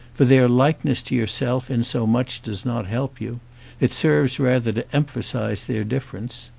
for their likeness to yourself in so much does not help you it serves rather to emphasize their difference.